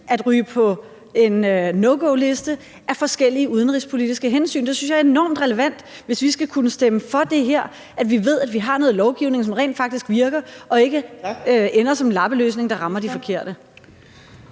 at ryge på en no go-liste af forskellige udenrigspolitiske hensyn. Jeg synes, det er enormt relevant, hvis vi skal kunne stemme for det her, at vi ved, at vi har noget lovgivning, som rent faktisk virker, og at det ikke ender som en lappeløsning, der rammer de forkerte.